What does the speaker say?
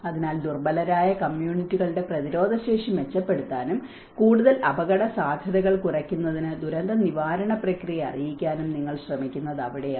അതിനാൽ ദുർബലരായ കമ്മ്യൂണിറ്റികളുടെ പ്രതിരോധശേഷി മെച്ചപ്പെടുത്താനും കൂടുതൽ അപകടസാധ്യതകൾ കുറയ്ക്കുന്നതിന് ദുരന്തനിവാരണ പ്രക്രിയയെ അറിയിക്കാനും നിങ്ങൾ ശ്രമിക്കുന്നത് അവിടെയാണ്